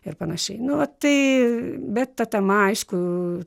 ir panašiai nu va tai bet ta tema aišku